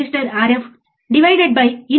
నేను ఎంత వేగంగా అవుట్పుట్ పొందుతాను సరియైనదా